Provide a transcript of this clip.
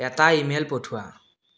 এটা ইমেইল পঠোৱা